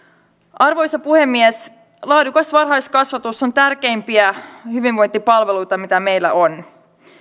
arvoisa puhemies laadukas varhaiskasvatus on tärkeimpiä hyvinvointipalveluita mitä meillä on